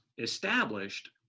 established